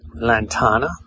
Lantana